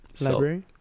library